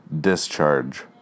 Discharge